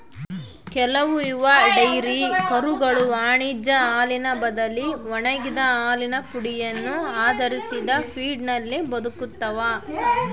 ಕೆಲವು ಯುವ ಡೈರಿ ಕರುಗಳು ವಾಣಿಜ್ಯ ಹಾಲಿನ ಬದಲಿ ಒಣಗಿದ ಹಾಲಿನ ಪುಡಿಯನ್ನು ಆಧರಿಸಿದ ಫೀಡ್ನಲ್ಲಿ ಬದುಕ್ತವ